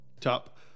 Top